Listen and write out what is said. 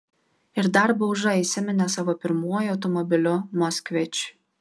ir dar bauža įsiminė savo pirmuoju automobiliu moskvič